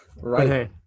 Right